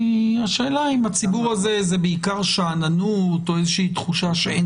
השאלה אם בציבור הזה זאת בעיקר שאננות או איזושהי תחושה שאין דחיפות.